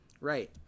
Right